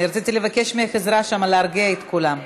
רציתי לבקש ממך עזרה שם להרגיע את כולם.